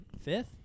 fifth